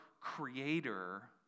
creator